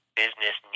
business